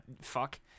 fuck